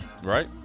Right